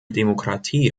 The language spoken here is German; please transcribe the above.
demokratie